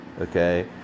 Okay